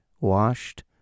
washed